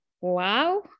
wow